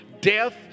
death